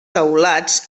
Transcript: teulats